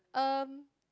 um